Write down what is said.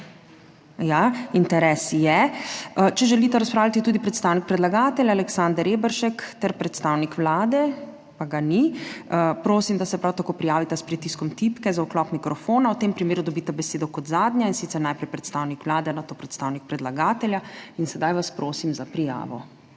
interes je. Če želita razpravljati tudi predstavnik predlagatelja Aleksander Reberšek ter predstavnik Vlade, ki ga ni, prosim, da se prav tako prijavita s pritiskom tipke za vklop mikrofona. V tem primeru dobita besedo kot zadnja, in sicer najprej predstavnik Vlade, nato predstavnik predlagatelja. Zdaj vas prosim za prijavo.